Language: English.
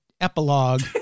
epilogue